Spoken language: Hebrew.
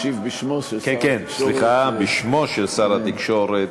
משיב בשמו של שר התקשורת.